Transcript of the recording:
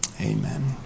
Amen